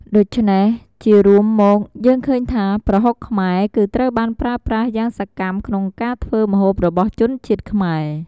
ដូច្នេះជារួមមកយើងឃើញថា ប្រហុកខ្មែរគឺត្រូវបានប្រើប្រាស់យ៉ាងសកម្មក្នុងការធ្វើម្ហូបរបស់ជនជាតិខ្មែរ។